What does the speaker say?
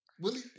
Willie